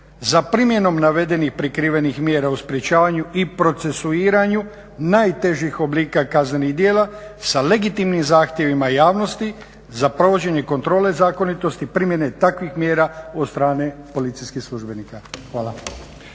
za primjenom navedenih prikrivenih mjera u sprečavanju i procesuiranju najtežih oblika kaznenih djela sa legitimnim zahtjevima javnosti za provođenje kontrole zakonitosti, primjene takvih mjera od strane policijskih službenika. Hvala.